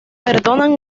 perdonan